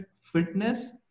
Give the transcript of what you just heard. fitness